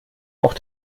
auch